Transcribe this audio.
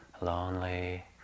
lonely